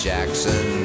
Jackson